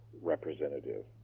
representative